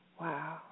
Wow